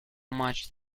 much